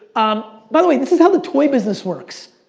um by the way, this is how the toy business works.